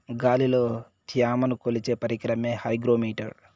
గాలిలో త్యమను కొలిచే పరికరమే హైగ్రో మిటర్